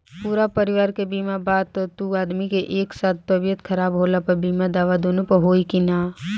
पूरा परिवार के बीमा बा त दु आदमी के एक साथ तबीयत खराब होला पर बीमा दावा दोनों पर होई की न?